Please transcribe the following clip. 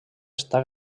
està